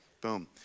boom